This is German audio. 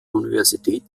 universität